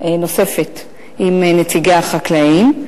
נוספת עם נציגי החקלאים.